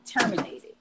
terminated